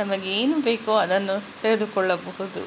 ನಮಗೆ ಏನು ಬೇಕೋ ಅದನ್ನು ತೆಗೆದುಕೊಳ್ಳಬಹುದು